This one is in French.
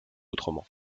autrement